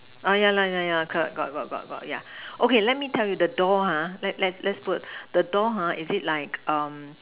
err yeah lah yeah yeah correct got got got got yeah okay let me the tell you the door ha let's let's let's put the door ha is it like err